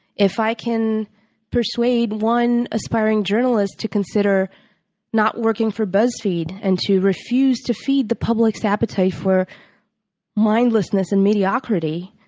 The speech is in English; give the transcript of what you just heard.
if i can persuade one aspiring journalist to consider not working for buzz feed and to refuse to feed the public's appetite for mindlessness and mediocrity,